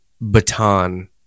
baton